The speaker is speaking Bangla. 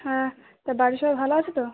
হ্যাঁ তা বাড়ির সবাই ভালো আছে তো